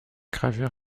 gravure